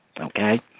Okay